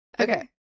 Okay